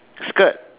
skirt